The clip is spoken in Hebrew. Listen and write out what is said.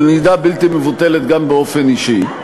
ובמידה בלתי מבוטלת גם באופן אישי.